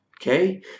Okay